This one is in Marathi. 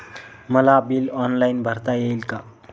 मला बिल ऑनलाईन भरता येईल का?